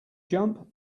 jump